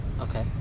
Okay